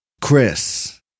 Chris